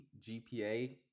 GPA